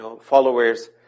followers